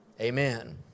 amen